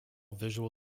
visual